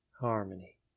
harmony